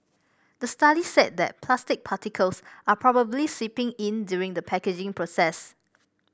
the study said that plastic particles are probably seeping in during the packaging process